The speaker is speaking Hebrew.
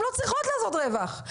הם לא צריכים לעשות רווח,